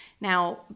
Now